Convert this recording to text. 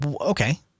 Okay